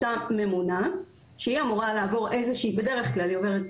אותה ממונה שהיא אמורה לעבור איזה שהיא הכשרה,